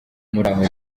muraho